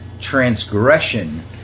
transgression